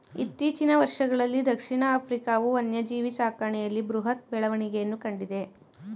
ಇತ್ತೀಚಿನ ವರ್ಷಗಳಲ್ಲೀ ದಕ್ಷಿಣ ಆಫ್ರಿಕಾವು ವನ್ಯಜೀವಿ ಸಾಕಣೆಯಲ್ಲಿ ಬೃಹತ್ ಬೆಳವಣಿಗೆಯನ್ನು ಕಂಡಿದೆ